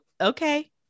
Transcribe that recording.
okay